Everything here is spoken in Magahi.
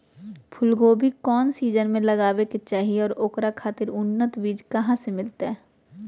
फूलगोभी कौन सीजन में लगावे के चाही और ओकरा खातिर उन्नत बिज कहा से मिलते?